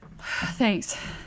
Thanks